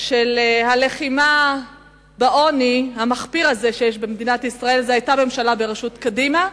של הלחימה בעוני המחפיר הזה שיש במדינת ישראל היה הממשלה בראשות קדימה,